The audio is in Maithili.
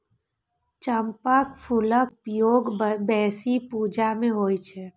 चंपाक फूलक उपयोग बेसी पूजा मे होइ छै